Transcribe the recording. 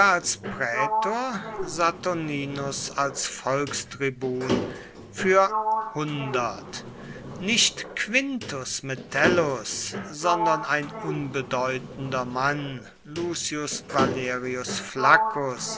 prätor saturninus als volkstribun für nicht quintus metellus sondern ein unbedeutender mann lucius valerius